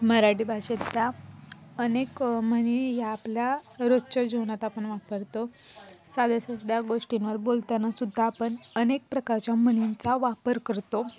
मराठी भाषेतल्या अनेक म्हणी या आपल्या रोजच्या जीवनात आपण वापरतो साध्या साध्या गोष्टींवर बोलताना सुद्धा आपण अनेक प्रकारच्या म्हणींचा वापर करतो